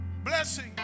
Blessing